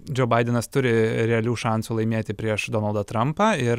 džo baidenas turi realių šansų laimėti prieš donaldą trampą ir